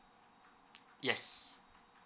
yes